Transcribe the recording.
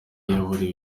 yaburiwe